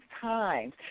times